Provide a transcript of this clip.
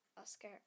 Oscar